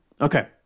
Okay